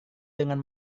dengan